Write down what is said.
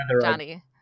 johnny